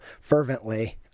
fervently